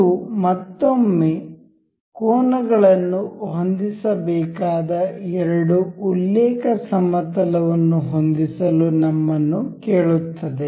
ಇದು ಮತ್ತೊಮ್ಮೆ ಕೋನಗಳನ್ನು ಹೊಂದಿಸಬೇಕಾದ ಎರಡು ಉಲ್ಲೇಖ ಸಮತಲವನ್ನು ಹೊಂದಿಸಲು ನಮ್ಮನ್ನು ಕೇಳುತ್ತದೆ